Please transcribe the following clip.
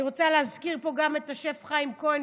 אני רוצה להזכיר פה גם את השף חיים כהן,